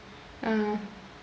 ah